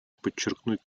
подчеркнуть